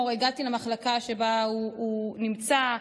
הגעתי למחלקה שבה הוא נמצא,